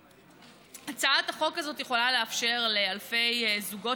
הצעת החוק הזאת יכולה לאפשר לאלפי זוגות